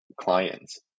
clients